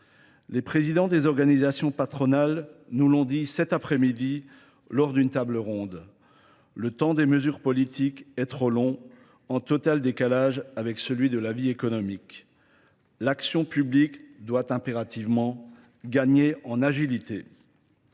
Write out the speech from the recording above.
Les présidents des organisations patronales nous l'ont dit cet après-midi lors d'une table ronde. Le temps des mesures politiques est trop long, en total décalage avec celui de la vie économique. L'action publique doit impérativement gagner en agilité.